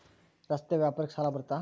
ರಸ್ತೆ ವ್ಯಾಪಾರಕ್ಕ ಸಾಲ ಬರುತ್ತಾ?